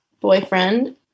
boyfriend